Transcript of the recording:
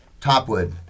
Topwood